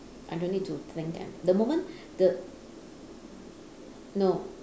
I don't need to think and the moment the no